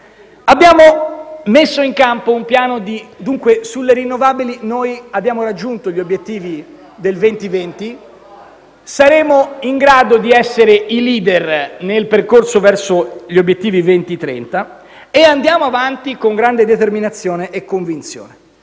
*(Commenti dal Gruppo M5S)*. Dunque, sulle rinnovabili abbiamo raggiunto gli obiettivi per il 2020, saremo in grado di essere i *leader* nel percorso verso gli obiettivi per il 2030 e andiamo avanti con grande determinazione e convinzione.